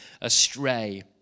astray